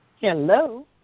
Hello